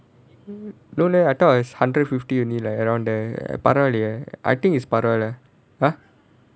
mm no leh I thought is hundred fifty only leh around there பரவாலயே:paravaalayae I think is பரவால்ல:paravaalla leh !huh!